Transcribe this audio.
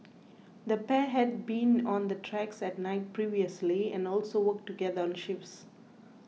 the pair had been on the tracks at night previously and also worked together on shifts